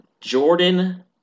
Jordan